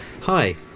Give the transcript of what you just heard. Hi